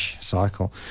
cycle